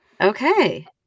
Okay